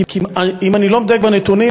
אם אני לא מדייק בנתונים,